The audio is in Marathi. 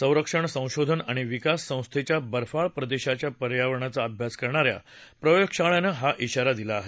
संरक्षण संशोधन आणि विकास संस्थेच्या बर्फाळ प्रदेशाच्या पर्यावरणाचा अभ्यास करणा या प्रयोगशाळेनं हा शिवारा जारी केला आहे